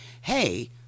hey